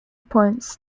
points